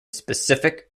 specific